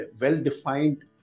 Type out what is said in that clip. well-defined